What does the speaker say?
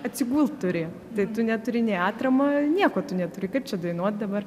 atsigult turi tai tu neturi nei atramą nieko tu neturi kaip čia dainuot dabar